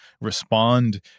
respond